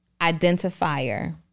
identifier